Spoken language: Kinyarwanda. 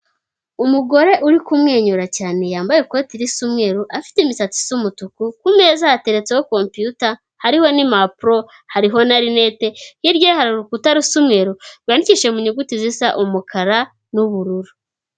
Umugore uri kumwenyura cyane yambaye ikoti risa umweru, afite imisatsi isa umutuku, ku meza hateretseho kompiyuta hariho n'impapuro hariho na rinete, hirya ye hari urukuta rusa umweru rwandikishije mu nyuguti zisa umukara n'ubururu.